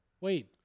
wait